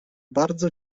bardzo